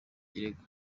kirego